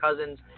Cousins